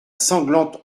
sanglante